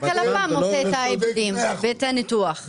ורק הממ"מ עושה את העיבודים ואת הניתוח.